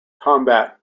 combat